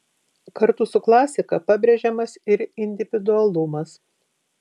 kartu su klasika pabrėžiamas ir individualumas